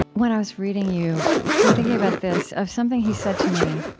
when i was reading you and thinking about this of something he said to me,